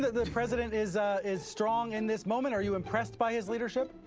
that this president is ah is strong in this moment? are you impressed by his leadership?